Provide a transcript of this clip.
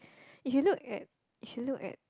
if you look at you look at